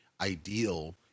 ideal